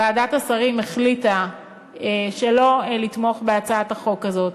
ועדת השרים החליטה שלא לתמוך בהצעת החוק הזאת.